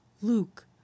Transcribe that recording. Luke